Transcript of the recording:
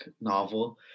novel